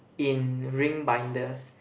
in ring binders